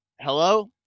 Hello